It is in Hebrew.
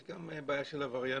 יש גם בעיה של עבריינות.